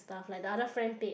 stuff like the other friend paid